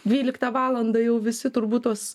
dvyliktą valandą jau visi turbūt tuos